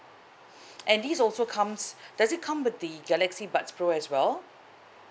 and these also comes does it come with the galaxy buds pro as well